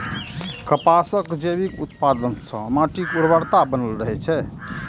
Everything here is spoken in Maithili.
कपासक जैविक उत्पादन सं माटिक उर्वरता बनल रहै छै